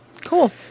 cool